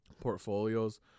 portfolios